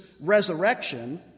resurrection